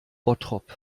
bottrop